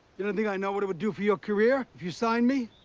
you don't think i know what it would do for your career if you sign me?